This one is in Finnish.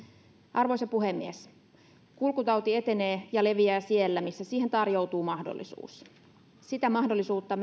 arvoisa puhemies kulkutauti etenee ja leviää siellä missä siihen tarjoutuu mahdollisuus sitä mahdollisuutta